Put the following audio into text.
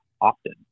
often